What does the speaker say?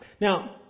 Now